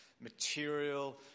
material